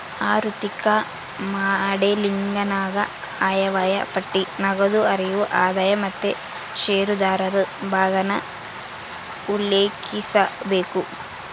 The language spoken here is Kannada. ಆಋಥಿಕ ಮಾಡೆಲಿಂಗನಾಗ ಆಯವ್ಯಯ ಪಟ್ಟಿ, ನಗದು ಹರಿವು, ಆದಾಯ ಮತ್ತೆ ಷೇರುದಾರರು ಭಾಗಾನ ಉಲ್ಲೇಖಿಸಬೇಕು